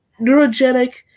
neurogenic